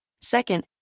Second